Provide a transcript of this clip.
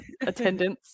attendance